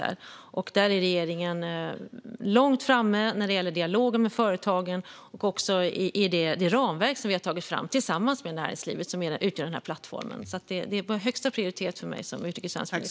Där är regeringen långt framme när det gäller dialogen med företagen, även i det ramverk som vi har tagit fram tillsammans med näringslivet och som utgör den här plattformen. Detta är av högsta prioritet för mig som utrikeshandelsminister.